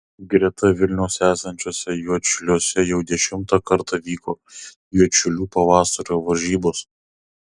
greta vilniaus esančiuose juodšiliuose jau dešimtą kartą vyko juodšilių pavasario varžybos